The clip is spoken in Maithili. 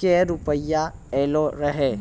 के रुपिया येलो रहे?